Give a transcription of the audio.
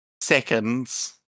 seconds